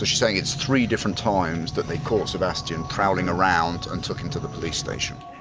ah saying it's three different times that they caught sebastian prowling around and took him to the police station.